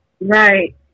Right